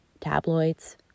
tabloids